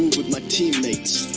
my teammates